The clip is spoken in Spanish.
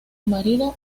marido